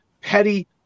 petty